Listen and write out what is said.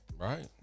right